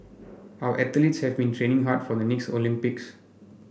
our athletes have been training hard for the next Olympics